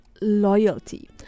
loyalty